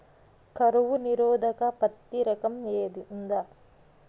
కరువు నిరోధక పత్తి రకం ఉందా?